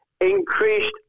increased